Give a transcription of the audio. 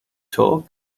talk